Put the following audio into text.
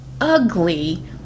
ugly